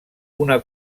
una